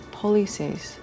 policies